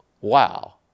Wow